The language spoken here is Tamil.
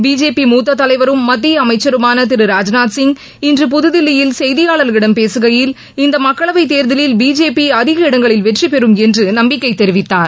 பிஜேபி மூத்த தலைவரும் மத்திய அமைச்சருமான திரு ராஜ்நாத் சிங் இன்று புதுதில்லியில் செய்தியாளர்களிடம் பேசுகையில் இந்த மக்களவைத் தேர்தலில் பிஜேபி அதிக இடங்களில் வெற்றி பெறும் என்று நம்பிக்கை தெரிவித்தார்